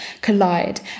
collide